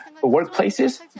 workplaces